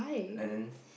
and then